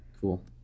cool